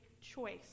choice